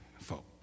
folk